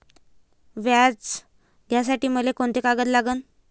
व्याज घ्यासाठी मले कोंते कागद लागन?